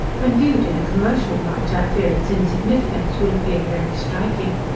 when viewed in a commercial light, i fear its insignificance will appear very striking.